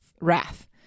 wrath